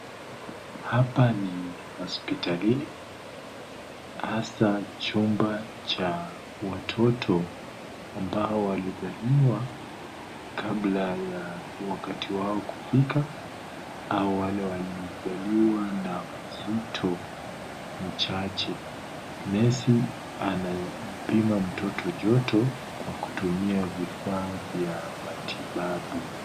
Hapa ni hospitalini, hasa chumba cha watoto, ambao walizaliwa kabla ya wakati wao kufika au wale waliozaliwa na uzito mchache. Nesi anapima mtoto joto kwa kutumia vifaa vya matibabu.